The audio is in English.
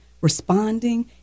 responding